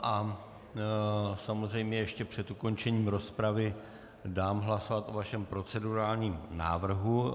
A samozřejmě ještě před ukončením rozpravy dám hlasovat o vašem procedurálním návrhu.